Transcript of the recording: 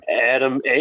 Adam